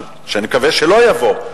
שאני מקווה שלא יבוא,